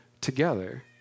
together